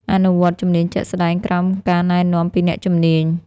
អនុវត្តជំនាញជាក់ស្តែងក្រោមការណែនាំពីអ្នកជំនាញ។